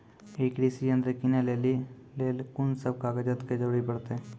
ई कृषि यंत्र किनै लेली लेल कून सब कागजात के जरूरी परतै?